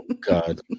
God